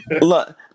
Look